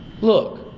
Look